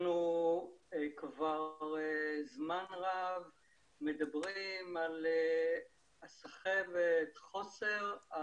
כבר זמן רב אנחנו מדברים על הסחבת, על חוסר.